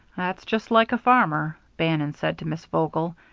that's just like a farmer, bannon said to miss vogel.